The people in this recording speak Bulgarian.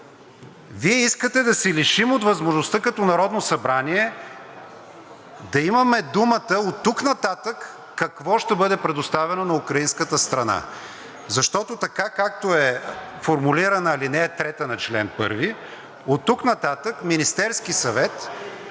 Вие искате да се лишим от възможността като Народно събрание да имаме думата оттук нататък какво ще бъде предоставено на украинската страна. Защото така, както е формулирана ал. 3 на чл. 1, оттук нататък Министерският съвет